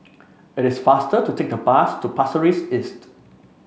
it is faster to take the bus to Pasir Ris East